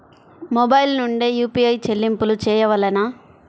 Mobile నుండే UPI చెల్లింపులు చేయవలెనా?